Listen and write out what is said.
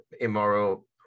immoral